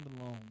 alone